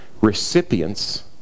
recipients